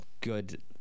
good